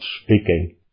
speaking